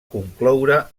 concloure